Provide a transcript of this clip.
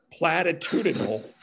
platitudinal